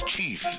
Chief